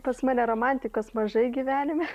pas mane romantikos mažai gyvenime